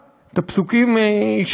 התר אגדות מוטה